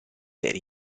per